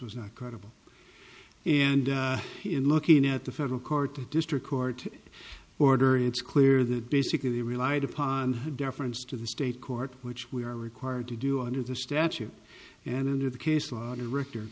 was not credible and in looking at the federal court the district court order it's clear that basically relied upon her deference to the state court which we are required to do under the statute and under the case law director